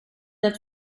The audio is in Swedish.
att